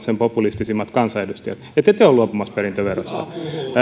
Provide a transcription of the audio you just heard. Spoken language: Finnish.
sen populistisimmat kansanedustajat ette te ole luopumassa perintöverosta